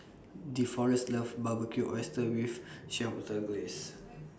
Deforest loves Barbecued Oysters with Chipotle Glaze